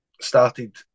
started